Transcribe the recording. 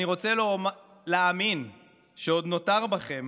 אני רוצה להאמין שעוד נותר בכם